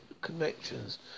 connections